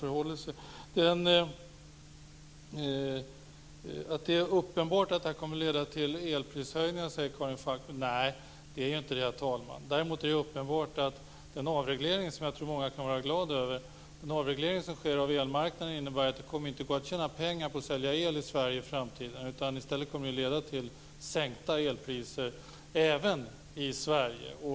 Karin Falkmer säger vidare att det är uppenbart att det här kommer att leda till elprishöjningar. Nej, så är det inte, herr talman. Däremot är det uppenbart att den avreglering av elmarknaden som jag tror att många kan vara glada över innebär att det inte kommer att gå att tjäna pengar på att sälja el i framtiden. Den kommer i stället att leda till sänkta elpriser även i Sverige.